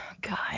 God